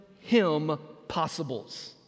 him-possibles